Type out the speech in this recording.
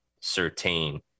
certain